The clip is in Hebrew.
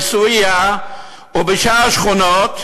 בעיסאוויה ובשאר השכונות,